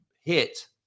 hit